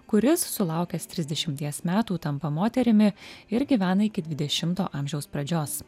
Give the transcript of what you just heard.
kuris sulaukęs trisdešimties metų tampa moterimi ir gyvena iki dvidešimto amžiaus pradžios